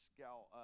gal